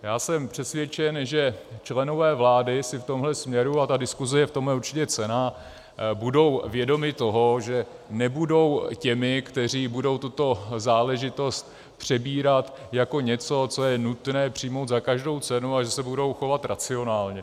Já jsem přesvědčen, že členové vlády si v tomhle směru a ta diskuze je v tomhle určitě cenná budou vědomi toho, že nebudou těmi, kteří budou tuto záležitost přebírat jako něco, co je nutné přijmout za každou cenu, a že se budou chovat racionálně.